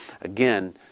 again